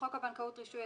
"בחוק הבנקאות (רישוי),